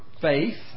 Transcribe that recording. faith